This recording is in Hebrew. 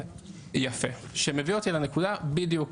שמביא אותי לנקודה בדיוק,